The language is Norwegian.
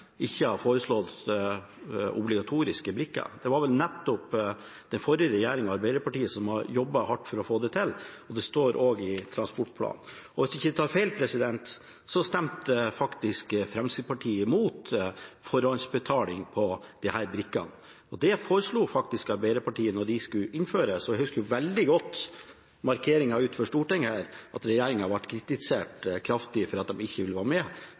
ikke har foreslått obligatoriske brikker. Det var vel den forrige regjeringen med Arbeiderpartiet som jobbet hardt for å få det til, og det står også i transportplanen. Hvis jeg ikke tar feil, stemte faktisk Fremskrittspartiet imot forhåndsbetaling av disse brikkene. Det foreslo faktisk Arbeiderpartiet da de skulle innføres. Jeg husker veldig godt fra markeringen utenfor Stortinget at regjeringen ble kritisert kraftig for at de ikke ville være med